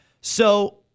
So-